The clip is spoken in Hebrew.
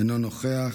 אינו נוכח,